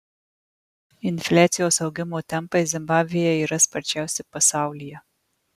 infliacijos augimo tempai zimbabvėje yra sparčiausi pasaulyje